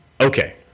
Okay